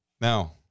Now